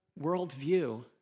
worldview